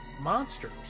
monsters